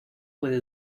puede